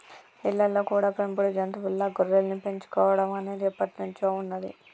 ఇళ్ళల్లో కూడా పెంపుడు జంతువుల్లా గొర్రెల్ని పెంచుకోడం అనేది ఎప్పట్నుంచో ఉన్నది